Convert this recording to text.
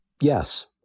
Yes